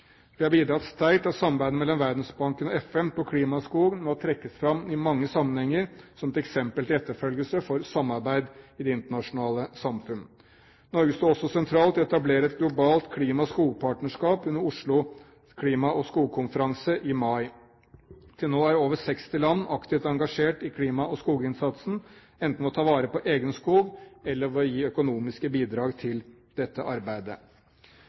Vi har bidratt sterkt til at samarbeidet mellom Verdensbanken og FN på klima og skog nå trekkes fram i mange sammenhenger som et eksempel til etterfølgelse for samarbeid i det internasjonale samfunn. Norge sto også sentralt i å etablere et globalt klima- og skogpartnerskap under Oslo klima- og skogkonferanse i mai. Til nå er over 60 land aktivt engasjert i klima- og skoginnsatsen, enten ved å ta vare på egen skog eller ved å gi økonomiske bidrag til dette arbeidet.